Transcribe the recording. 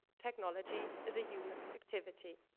technology as a human activity.